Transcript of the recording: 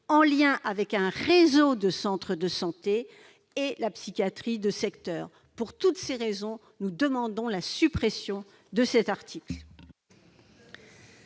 en lien avec un réseau de centres de santé et la psychiatrie de secteur. Pour toutes ces raisons, nous demandons la suppression de cet article.